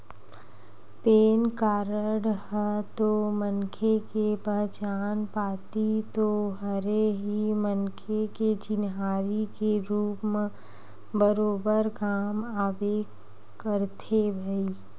PAN card ह तो मनखे के पहचान पाती तो हरे ही मनखे के चिन्हारी के रुप म बरोबर काम आबे करथे भई